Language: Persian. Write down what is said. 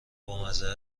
بامزه